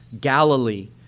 Galilee